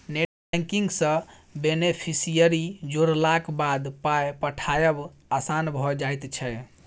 net banking सँ beneficiary जोड़लाक बाद पाय पठायब आसान भऽ जाइत छै